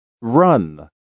Run